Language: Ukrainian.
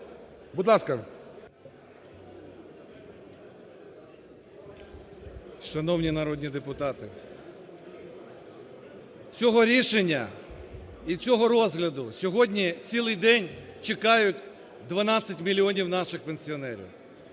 РЕВА А.О. Шановні народні депутати, цього рішення і цього розгляду сьогодні цілий день чекають 12 мільйонів наших пенсіонерів.